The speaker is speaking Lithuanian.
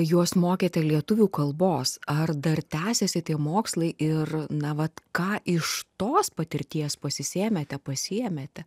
juos mokyti lietuvių kalbos ar dar tęsiasi tie mokslai ir na vat ką iš tos patirties pasisėmėte pasiėmete